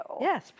Yes